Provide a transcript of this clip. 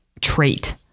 trait